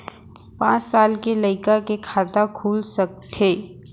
का पाँच साल के लइका के खाता खुल सकथे?